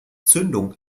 zündung